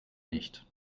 nicht